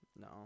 No